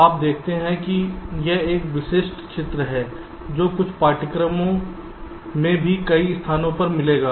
आप देखते हैं कि यह एक विशिष्ट चित्र है जो कुछ पाठ्यपुस्तकों में भी कई स्थानों पर मिलेगा